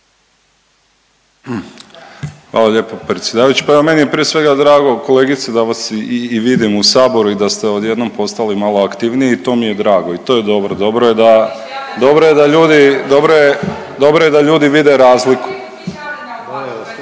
Hvala lijepo predsjedavajući. Pa evo meni je prije svega drago kolegice da vas i vidim u Saboru i da ste odjednom postali malo aktivniji. To mi je drago i to je dobro. Dobro je da ljudi vide razliku.